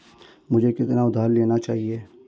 मुझे कितना उधार लेना चाहिए?